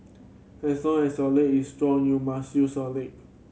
as long as your leg is strong you must use your leg